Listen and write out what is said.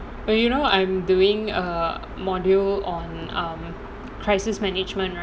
but you know I'm doing a module on um crisis management right